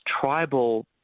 tribal